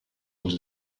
els